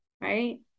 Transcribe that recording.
right